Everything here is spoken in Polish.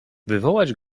wywołać